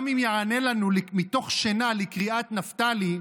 גם אם יענה לנו מתוך שינה לקריאה "נפתלי",